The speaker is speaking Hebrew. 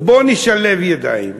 בואו נשלב ידיים.